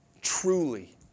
Truly